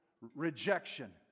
rejection